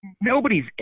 Nobody's